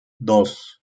dos